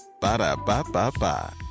Ba-da-ba-ba-ba